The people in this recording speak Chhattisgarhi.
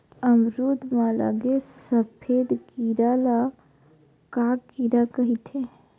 अमरूद म लगे सफेद कीरा ल का कीरा कइथे?